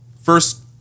first